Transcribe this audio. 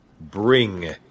Bring